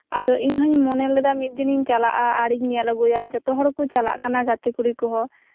ᱟᱫᱚ ᱤᱧ ᱦᱩᱸᱧ ᱢᱚᱱᱮ ᱞᱮᱫᱟ ᱢᱤᱫ ᱫᱤᱱᱤᱧ ᱪᱟᱞᱟᱜᱼᱟ ᱟᱨᱤᱧ ᱧᱮᱞ ᱟᱜᱩᱭᱟ ᱡᱷᱚᱛᱚ ᱦᱚᱲ ᱜᱮᱠᱚ ᱪᱞᱟᱜ ᱠᱟᱱᱟ ᱜᱟᱛᱮ ᱠᱩᱲᱤ ᱠᱚᱦᱚᱸ